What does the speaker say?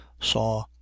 SAW